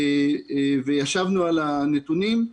וישבנו על הנתונים.